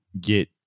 get